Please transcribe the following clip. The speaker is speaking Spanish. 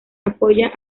apoya